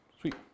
Sweet